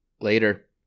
Later